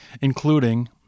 including